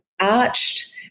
arched